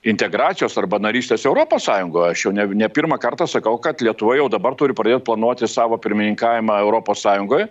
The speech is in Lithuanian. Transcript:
integracijos arba narystės europos sąjungoje aš jau ne ne pirmą kartą sakau kad lietuva jau dabar turi pradėti planuoti savo pirmininkavimą europos sąjungoj